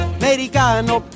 americano